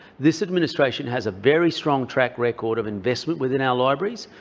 this administration has a very strong track record of investment within our libraries.